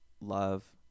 love